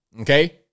Okay